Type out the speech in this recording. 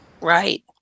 Right